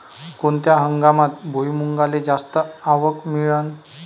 कोनत्या हंगामात भुईमुंगाले जास्त आवक मिळन?